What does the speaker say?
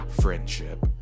friendship